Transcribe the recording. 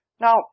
Now